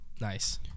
Nice